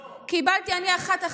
לא, קיבלתי אני אחת.